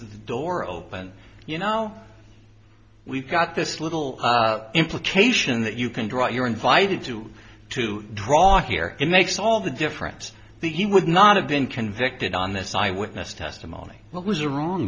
the door open you know we've got this little implication that you can draw you're invited to to draw here and makes all the difference that you would not have been convicted on this eyewitness testimony what was wrong